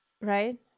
right